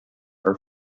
are